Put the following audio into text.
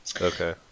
Okay